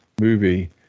movie